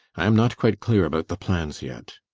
i am not quite clear about the plans yet.